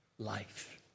life